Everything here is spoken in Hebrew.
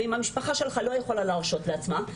והמשפחה שלך לא יכולה להרשות לעצמה,